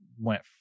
went